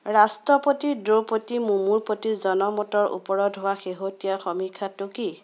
ৰাষ্ট্ৰপতি দ্ৰোপদী মূৰ্মূৰ প্ৰতি জনমতৰ ওপৰত হোৱা শেহতীয়া সমীক্ষাটো কি